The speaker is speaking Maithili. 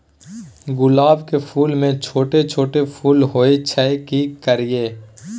गुलाब के फूल में छोट छोट फूल होय छै की करियै?